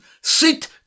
Sit